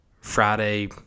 Friday